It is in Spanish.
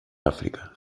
áfrica